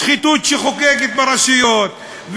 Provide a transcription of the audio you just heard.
השחיתות שחוגגת ברשויות,